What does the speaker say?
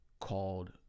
called